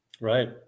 Right